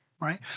right